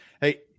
Hey